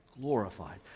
Glorified